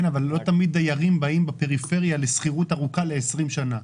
כן אבל לא תמיד דיירים באים בפריפריה לשכירות ארוכה ל-20 שנה,